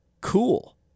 Cool